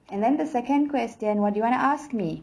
and then the second question what do you want to ask me